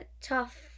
Tough